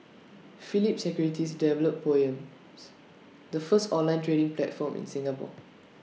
Phillip securities developed poems the first online trading platform in Singapore